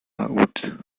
août